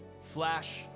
Flash